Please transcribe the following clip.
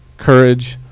courage,